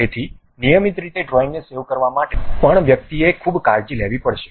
તેથી નિયમિત રીતે ડ્રોઇંગને સેવ કરવા માટે પણ વ્યક્તિએ ખૂબ કાળજી લેવી પડશે